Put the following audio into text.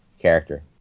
character